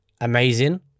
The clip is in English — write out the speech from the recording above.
amazing